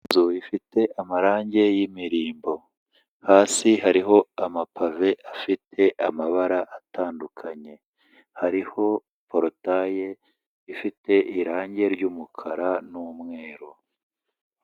Inzu ifite amarangi y'imirimbo, hasi hariho amapave afite amabara atandukanye, hariho porotaye ifite irangi ry'umukara n'umweru.